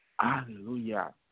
Hallelujah